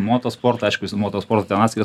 motosportą aišku su motosportu ten atskiras